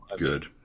Good